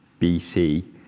BC